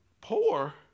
Poor